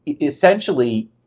essentially